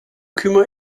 kümmere